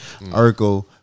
Urkel